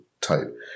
type